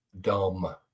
Dumb